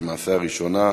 למעשה הראשונה,